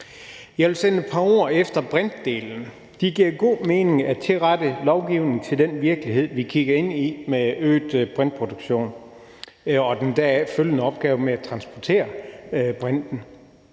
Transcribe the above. Jeg vil sætte et par ord på brintdelen. Det giver god mening at tilrette lovgivningen til den virkelighed, vi kigger ind i, med øget brintproduktion og den deraf følgende opgave med at transportere brinten.